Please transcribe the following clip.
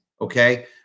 Okay